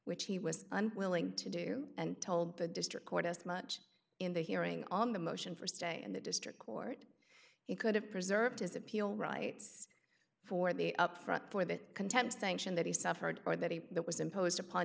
which he was unwilling to do and told the district court as much in the hearing on the motion for stay in the district court he could have preserved his appeal rights for the up front for the contempt sanction that he suffered or that he that was imposed upon